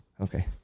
Okay